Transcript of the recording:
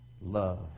Love